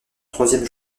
troisième